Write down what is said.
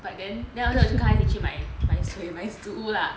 but then then after the 我就跟她一起去买水买食物啦